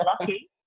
lucky